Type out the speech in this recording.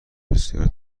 بسیار